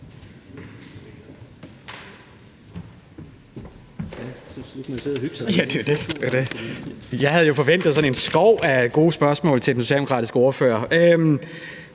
Jeg havde jo forventet sådan en skov af gode spørgsmål til den